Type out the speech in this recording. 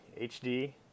HD